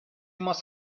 must